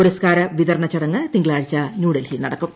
പുരസ്കാര വിതരണ ചടങ്ങ് തിങ്കളാഴ്ച ന്യൂഡൽഹിയിൽ നടക്കും